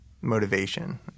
motivation